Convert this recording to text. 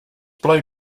blow